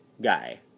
guy